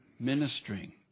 Ministering